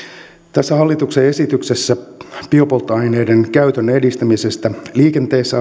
tässä hallituksen esityksessä laiksi biopolttoaineiden käytön edistämisestä liikenteessä